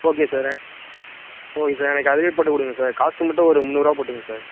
okay sir ஓ இதான் எனக்கு அதுவே போட்டுக்கொடுங்க சார் காஸ்ட்டு மட்டும் ஒரு முந்நூறுபா போட்டுக்கோங்க சார்